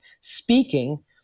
speaking